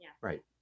Right